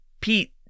Pete